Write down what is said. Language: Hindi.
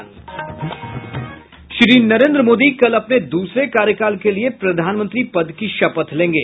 श्री नरेन्द्र मोदी कल अपने दूसरे कार्यकाल के लिए प्रधानमंत्री पद की शपथ लेंगे